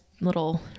little